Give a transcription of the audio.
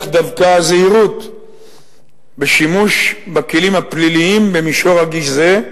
דווקא זהירות בשימוש בכלים הפליליים במישור רגיש זה,